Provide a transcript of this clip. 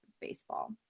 baseball